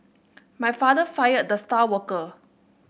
my father fired the star worker